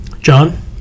John